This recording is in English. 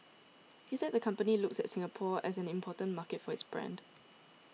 he said the company looks at Singapore as an important market for its brand